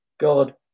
god